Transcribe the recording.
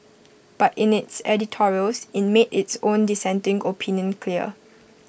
but in its editorials IT made its own dissenting opinion clear